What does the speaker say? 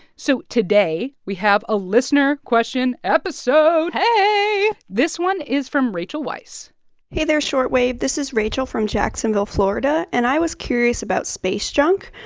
so today, we have a listener question episode hey this one is from rachel weiss hey there, short wave. this is rachel from jacksonville, fla. and and i was curious about space junk.